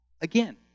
again